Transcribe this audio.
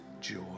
joy